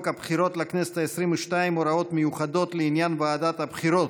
הבחירות לכנסת העשרים-ושתיים (הוראות מיוחדות לעניין ועדת הבחירות).